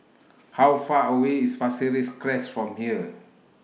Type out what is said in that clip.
How Far away IS Pasir Ris Crest from here